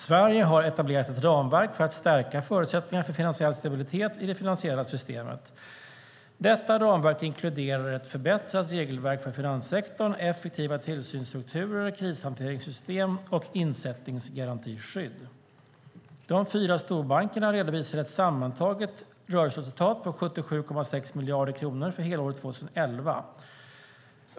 Sverige har etablerat ett ramverk för att stärka förutsättningarna för finansiell stabilitet i det finansiella systemet. Detta ramverk inkluderar ett förbättrat regelverk för finanssektorn, effektiva tillsynsstrukturer, krishanteringssystem och insättningsgarantiskydd. De fyra storbankerna redovisade ett sammantaget rörelseresultat på 77,6 miljarder kronor för helåret 2011.